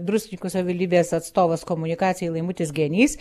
druskininkų savivaldybės atstovas komunikacijai laimutis genys